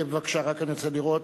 בבקשה, רק אני רוצה לראות.